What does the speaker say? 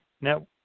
Now